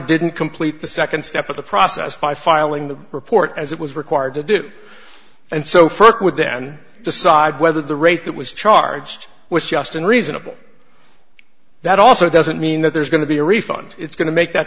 didn't complete the second step of the process by filing the report as it was required to do and so first would then decide whether the rate that was charged was just and reasonable that also doesn't mean that there's going to be a refund it's going to make that